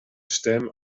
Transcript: stem